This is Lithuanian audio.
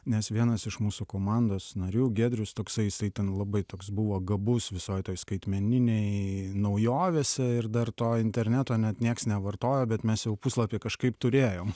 nes vienas iš mūsų komandos narių giedrius toksai jisai ten labai toks buvo gabus visoj toj skaitmeninėj naujovėse ir dar to interneto net niekas nevartojo bet mes jau puslapį kažkaip turėjom